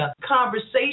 conversation